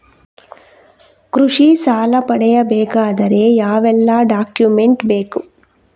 ಕೃಷಿ ಸಾಲ ಪಡೆಯಬೇಕಾದರೆ ಯಾವೆಲ್ಲ ಡಾಕ್ಯುಮೆಂಟ್ ಬೇಕು?